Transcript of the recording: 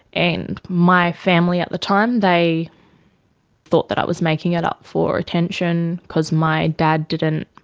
and my family at the time, they thought that i was making it up for attention because my dad didn't